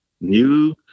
new